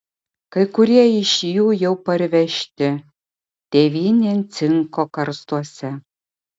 kai kurie iš jų jau parvežti tėvynėn cinko karstuose